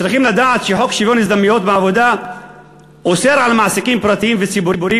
צריכים לדעת שחוק שוויון ההזדמנויות אוסר על מעסיקים פרטיים וציבוריים